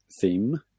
theme